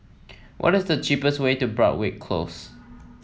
what is the cheapest way to Broadrick Close